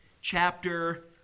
chapter